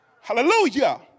Hallelujah